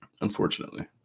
unfortunately